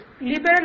liberal